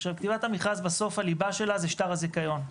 עכשיו כתיבת המכרז בסוף הליבה שלה זה שטר הזיכיון,